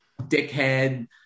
dickhead